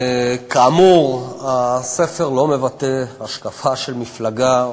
כאמור, הספר לא מבטא השקפה של מפלגה.